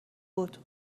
بود